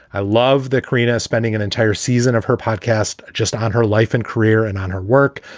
i love the korina spending an entire season of her podcast just on her life and career and on her work.